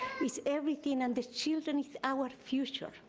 it's everything and the children is our future.